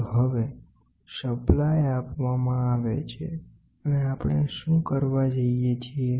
તો હવે સપ્લાય આપવામાં આવે છે અને આપણે શું કરવા જઈએ છીએ